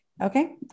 Okay